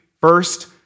first